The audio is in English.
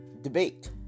debate